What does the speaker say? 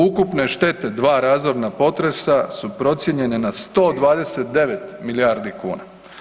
Ukupne štete dva razorna potresa su procijenjene na 129 milijardi kuna.